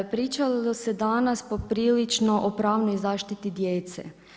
Pričalo se danas poprilično o pravnoj zaštiti djece.